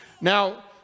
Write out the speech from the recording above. Now